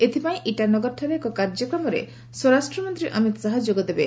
ଏଥିପାଇଁ ଇଟାନଗରଠାରେ ଏକ କାର୍ଯ୍ୟକ୍ରମରେ ସ୍ୱରାଷ୍ଟ୍ରମନ୍ତ୍ରୀ ଅମିତ ଶାହା ଯୋଗଦେବେ